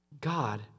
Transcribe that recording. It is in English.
God